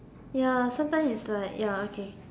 ya sometimes is like ya okay